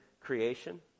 creation